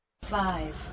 Five